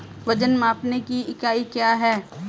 वजन मापने की इकाई क्या है?